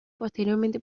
posteriormente